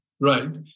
Right